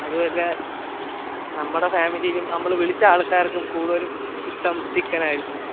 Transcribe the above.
അതുപോലെ നമ്മുടെ ഫാമിലിയിലും നമ്മൾ വിളിച്ച ആൾക്കാർക്കും കൂടുതലും ഇഷ്ടം ചിക്കൻ ആയിരുന്നു